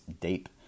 deep